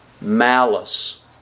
malice